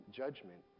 judgment